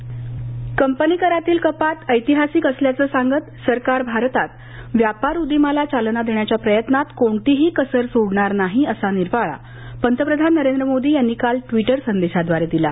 करकपात स्वागत इंट्रो कंपनी करातील कपात ऐतिहासिक असल्याचं सांगत सरकार भारतात व्यापार उदिमाला चालना देण्याच्या प्रयत्नात कोणतीही कसर सोडणार नाही असा निर्वाळा पंतप्रधान नरेंद्र मोदी यांनी काल ट्वीटर संदेशाद्वारे दिला